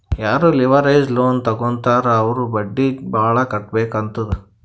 ಯಾರೂ leverage loan ತಗೋತ್ತಾರ್ ಅವ್ರು ಬಡ್ಡಿ ಭಾಳ್ ಕಟ್ಟಬೇಕ್ ಆತ್ತುದ್